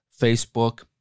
Facebook